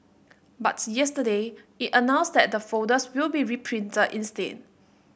but yesterday it announced that the folders will be reprinted instead